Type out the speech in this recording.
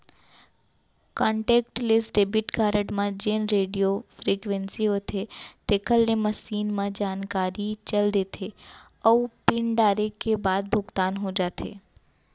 contactless debit card म जेन radio frequency होथे तेकर ले मसीन म जानकारी चल देथे अउ पिन डारे के बाद भुगतान हो जाथे